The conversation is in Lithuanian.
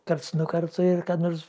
karts nuo karto ir ką nors